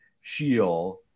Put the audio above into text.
shield